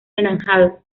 anaranjado